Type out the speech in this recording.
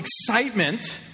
excitement